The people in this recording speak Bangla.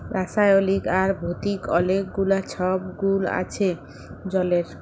রাসায়লিক আর ভতিক অলেক গুলা ছব গুল আছে জলের